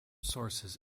sources